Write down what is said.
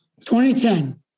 2010